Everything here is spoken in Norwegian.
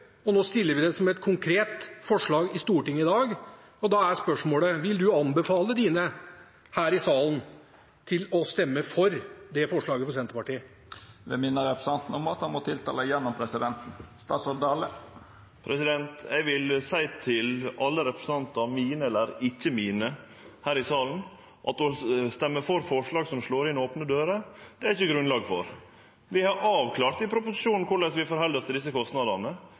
og nå stiller vi det som et konkret forslag i Stortinget i dag, og da er spørsmålet: Vil du anbefale dine her i salen å stemme for det forslaget fra Senterpartiet? Presidenten vil minna representanten om at han må tala via presidenten. Eg vil seie til alle representantane – om det er mine eller ikkje mine – her i salen, at å stemme for forslag som slår inn opne dører, det er det ikkje grunnlag for. Vi har avklart i proposisjonen korleis vi forheld oss til desse